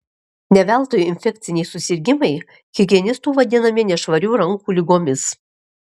ne veltui infekciniai susirgimai higienistų vadinami nešvarių rankų ligomis